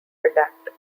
adapt